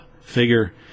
figure